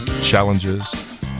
challenges